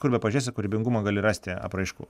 kur bepažiūrėsi kūrybingumo gali rasti apraiškų